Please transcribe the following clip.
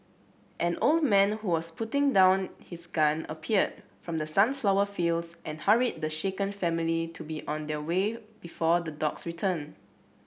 an old man who was putting down his gun appeared from the sunflower fields and hurried the shaken family to be on their way before the dogs return